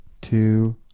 two